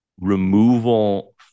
removal